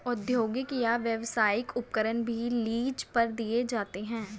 औद्योगिक या व्यावसायिक उपकरण भी लीज पर दिए जाते है